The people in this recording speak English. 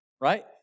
right